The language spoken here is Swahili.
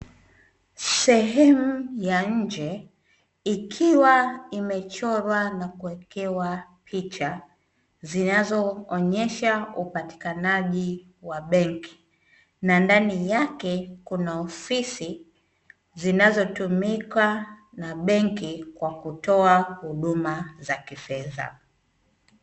Sehemu ya nje, ikiwa imechorwa na kuwekewa picha zinazoonyesha upatikanaji wa benki na ndani yake kuna ofisi, zinazotumika na benki kwa kutoa huduma za kifedha.